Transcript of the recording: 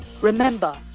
Remember